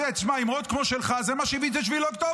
תשמע, אמירות כמו שלך זה מה שהביא את 7 באוקטובר.